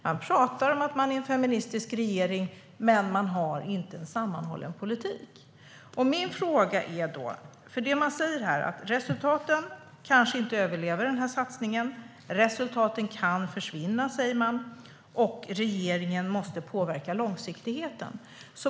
Man pratar om att man är en feministisk regering, men man har inte en sammanhållen politik. Riksrevisionen säger att resultaten kanske inte överlever den här satsningen. Resultaten kan försvinna, och regeringen måste påverka långsiktigheten.